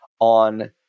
on